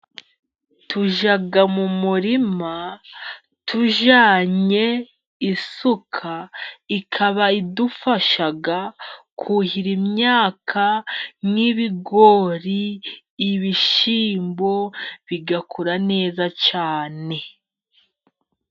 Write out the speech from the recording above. Tujya mu murima tujyanye isuka ikaba idufasha kuhira imyaka nk'ibigori, ibishyimbo bigakura neza cyane.